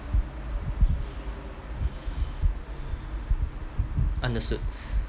understood understood